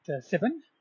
seven